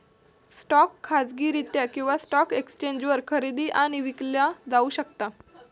stock खाजगीरित्या किंवा stock एक्सचेंजवर खरेदी आणि विकला जाऊ शकता